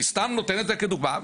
אני סתם נותן את זה כדוגמה,